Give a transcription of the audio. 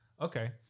Okay